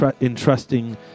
entrusting